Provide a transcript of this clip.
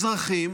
אזרחים